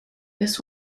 this